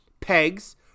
pegs